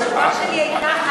התשובה שלי הייתה,